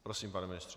Prosím, pane ministře.